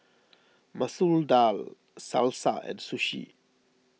Masoor Dal Salsa and Sushi